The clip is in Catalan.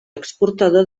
exportador